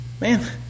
Man